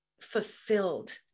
fulfilled